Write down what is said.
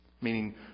meaning